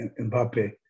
Mbappe